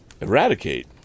Eradicate